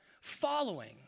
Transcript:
following